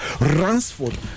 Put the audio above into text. Ransford